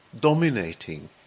dominating